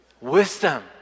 Wisdom